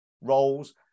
roles